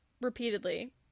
repeatedly